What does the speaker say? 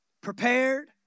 Prepared